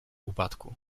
upadku